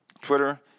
Twitter